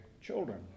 children